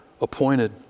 appointed